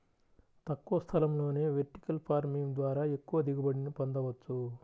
తక్కువ స్థలంలోనే vertical farming ద్వారా ఎక్కువ దిగుబడిని పొందవచ్చు